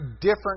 different